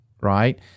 right